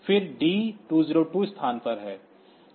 फिर यह D 202 स्थान पर है